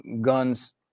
guns